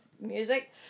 music